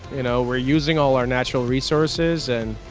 you know? we're using all our natural resources and